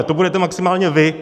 To budete maximálně vy.